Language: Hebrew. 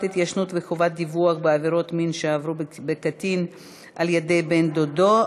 ההתיישנות וחובת דיווח בעבירות מין שנעברו בקטין על-ידי בן-דודו),